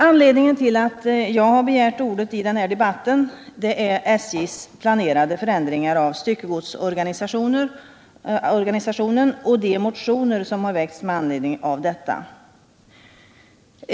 Anledningen till att jag begärt ordet i denna debatt är SJ:s planerade förändringar av styckegodsorganisationen och de motioner som väckts med anledning av detta.